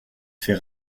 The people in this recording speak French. fait